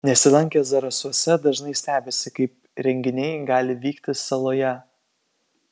nesilankę zarasuose dažnai stebisi kaip renginiai gali vykti saloje